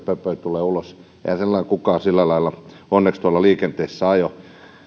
tulee ulos eihän kukaan sillä lailla onneksi tuolla liikenteessä aja